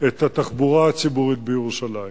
את התחבורה הציבורית בירושלים.